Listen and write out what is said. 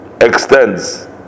extends